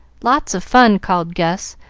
lots of fun, called gus,